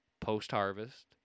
post-harvest